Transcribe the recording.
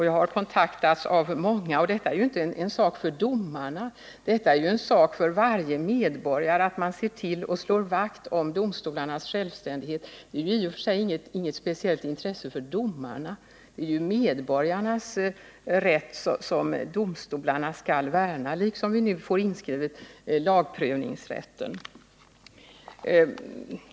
Jag har kontaktats av många, och detta att slå vakt om domstolarnas självständighet är ju inte bara en sak för domarna utan för varje medborgare. Det är i och för sig inte något som är av speciellt intresse för just domarna. Det är ju medborgarnas rätt som domstolarna skall värna om, och vi får ju nu också lagprövningsrätten inskriven i lag.